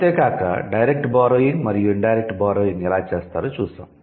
అంతే కాక direct borrowing మరియు ఇన్ డైరెక్ట్ బారోయింగ్ ఎలా చేస్తారో చూసాం